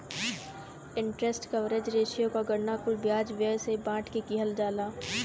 interest coverage ratio क गणना कुल ब्याज व्यय से बांट के किहल जाला